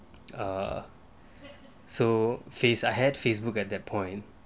err so face ahead Facebook at that point